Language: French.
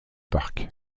parc